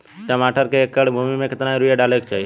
टमाटर के एक एकड़ भूमि मे कितना यूरिया डाले के चाही?